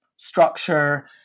Structure